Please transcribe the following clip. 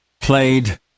played